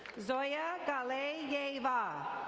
zoya galay yayva.